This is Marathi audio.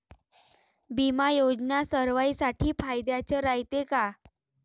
बिमा योजना सर्वाईसाठी फायद्याचं रायते का?